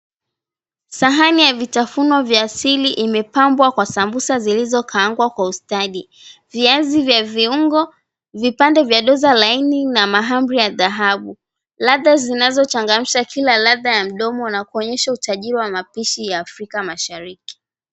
Sahani ya vitafuno vya asili imepambwa kwa visambusa zilizokaangwa kwa ustadi, viazi vya viungo, vipande vya doza laini na mahamri ya dhahabu. Ladha hizi zinachangamsha kila ladha ya mdomo na kuonyesha utajiri wa mapishi ya Afrika Mashariki.